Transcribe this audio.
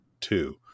two